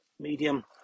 medium